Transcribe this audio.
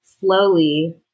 slowly